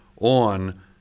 on